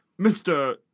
Mr